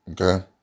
Okay